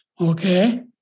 Okay